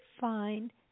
find